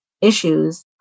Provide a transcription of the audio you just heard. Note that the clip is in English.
issues